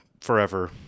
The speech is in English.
forever